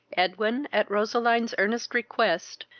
edwin, at roseline's earnest request,